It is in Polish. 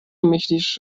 myślisz